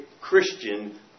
Christian